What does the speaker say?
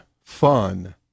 fun